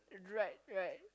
right right